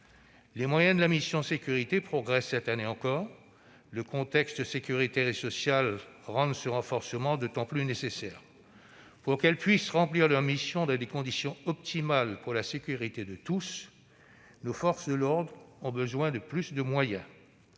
Les moyens de la mission « Sécurités » progressent cette année encore. Le contexte sécuritaire et social rend ce renforcement d'autant plus nécessaire. Pour qu'elles puissent remplir leurs missions dans des conditions optimales, pour la sécurité de tous, nos forces de l'ordre ont besoin d'encore plus de moyens.